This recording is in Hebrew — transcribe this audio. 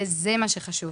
זה מה שחשוב.